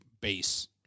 base